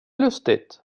lustigt